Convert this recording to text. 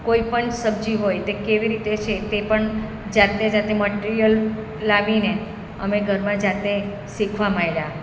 કોઈ પણ સબ્જી હોય તે કેવી રીતે છે તે પણ જાતે જાતે મટિરિયલ લાવીને અમે ઘરમાં જાતે શીખવા માંડ્યા